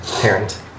parent